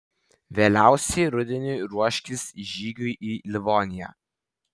vėliausiai rudeniui ruoškis žygiui į livoniją